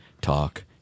Talk